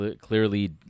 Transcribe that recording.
clearly